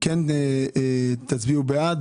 כן תצביעו בעד